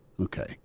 Okay